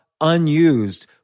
unused